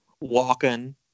walking